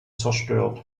zerstört